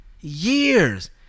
Years